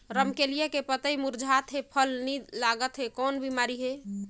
रमकलिया के पतई मुरझात हे फल नी लागत हे कौन बिमारी हे?